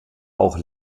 auch